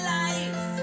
life